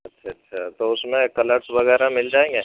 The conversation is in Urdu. اچھا اچھا تو اُس میں کلرس وغیرہ مل جائیں گے